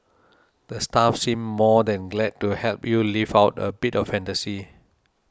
the staff seem more than glad to help you live out a bit of fantasy